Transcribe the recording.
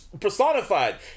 personified